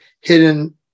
hidden